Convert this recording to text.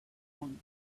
phone